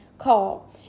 call